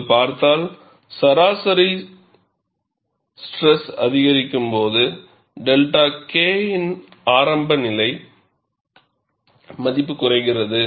நீங்கள் பார்த்தால் சராசரி ஸ்ட்ரெஸ் அதிகரிக்கும் போது 𝛅 K ஆரம்ப நிலை மதிப்பு குறைகிறது